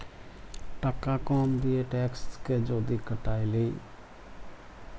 কম টাকা দিঁয়ে ট্যাক্সকে যদি কাটায় লেই